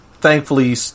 thankfully